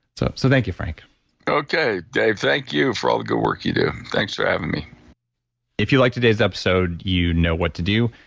so, so thank you frank okay, dave. thank you for all the good work you do. thanks for having me if you liked today's episode, you know what to do.